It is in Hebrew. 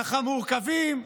ככה, מורכבים.